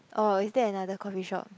orh is that another coffee shop